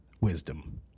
wisdom